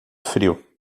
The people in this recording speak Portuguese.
frio